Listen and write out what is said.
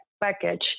package